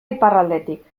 iparraldetik